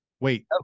Wait